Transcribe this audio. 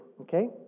okay